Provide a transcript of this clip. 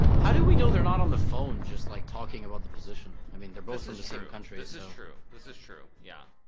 how do we know they're not on the phone just like talking about the position i mean they're both in the same country this is true this is true yeah